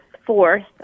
Fourth